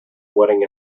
wedding